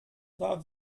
war